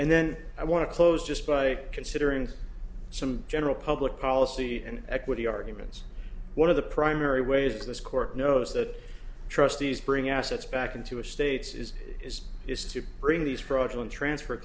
and then i want to close just by considering some general public policy and equity arguments one of the primary ways this court knows that trustees bring assets back into a states is is is to bring these fraudulent transfer